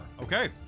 okay